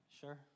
Sure